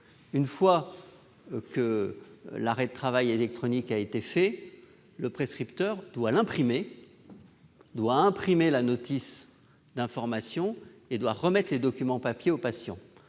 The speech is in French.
une fois l'arrêt de travail électronique établi, le prescripteur doit imprimer la notice d'information et remettre les documents papier au patient.